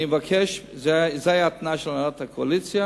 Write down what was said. אני מבקש, זה היה התנאי של הנהלת הקואליציה,